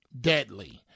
deadly